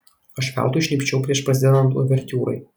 aš veltui šnypščiau prieš prasidedant uvertiūrai